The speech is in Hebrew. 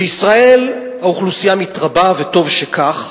בישראל האוכלוסייה מתרבה, וטוב שכך,